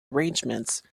arrangements